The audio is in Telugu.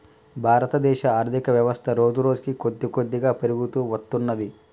భారతదేశ ఆర్ధికవ్యవస్థ రోజురోజుకీ కొద్దికొద్దిగా పెరుగుతూ వత్తున్నది